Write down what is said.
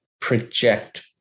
project